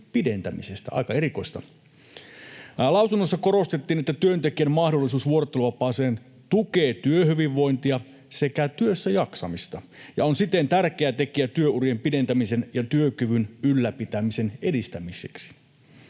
Lausunnoissa korostettiin, että työntekijän mahdollisuus vuorotteluvapaaseen tukee työhyvinvointia sekä työssäjaksamista ja on siten tärkeä tekijä työurien pidentämisen ja työkyvyn ylläpitämisen edistämiseksi.